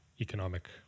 economic